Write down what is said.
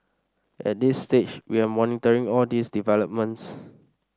at this stage we are monitoring all these developments